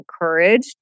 encouraged